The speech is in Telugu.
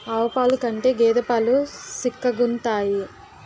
ఆవు పాలు కంటే గేద పాలు సిక్కగుంతాయి